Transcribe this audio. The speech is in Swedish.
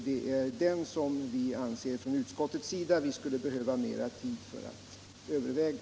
Det är det som vi i utskottet anser att vi skulle behöva mera tid för att överväga.